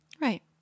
Right